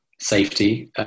safety